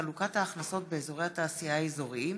חלוקת ההכנסות באזורי התעשייה האזוריים.